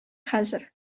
хәзер